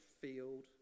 field